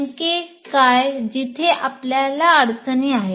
नेमके काय जिथे आपल्याला अडचणी आहेत